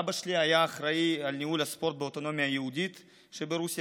אבא שלי היה אחראי לניהול הספורט באוטונומיה היהודית שברוסיה,